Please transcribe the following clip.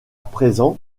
présent